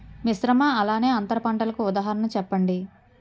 మిశ్రమ అలానే అంతర పంటలకు ఉదాహరణ చెప్పండి?